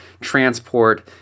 transport